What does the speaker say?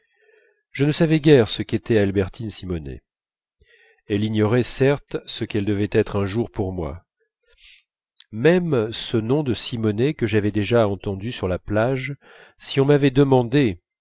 je ne savais guère ce qu'était albertine simonet elle ignorait certes ce qu'elle devait être un jour pour moi même ce nom de simonet que j'avais déjà entendu sur la plage si on m'avait demandé